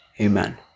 Amen